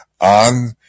on